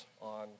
on